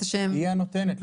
היא הנותנת.